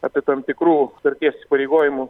apie tam tikrų sutarties įsipareigojimų